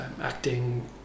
acting